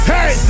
Hey